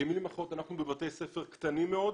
במילים אחרות, אנחנו בבתי ספר קטנים מאוד,